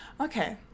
Okay